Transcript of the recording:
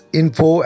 info